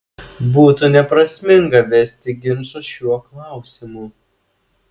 būtų neprasminga vesti ginčą šiuo klausimu